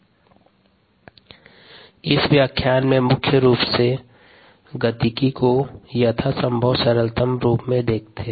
संदर्भ slide time 0503 इस व्याख्यान में मुख्य रूप से एंजाइम गतिकी को यथासंभव सरल रूप में देखते है